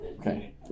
Okay